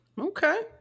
Okay